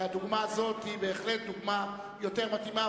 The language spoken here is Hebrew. והדוגמה הזאת היא בהחלט דוגמה יותר מתאימה,